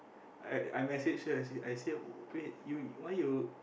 I I messaged her she I said wait you why you